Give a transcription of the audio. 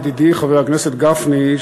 ידידי חבר הכנסת גפני,